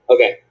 Okay